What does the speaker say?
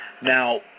Now